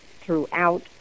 throughout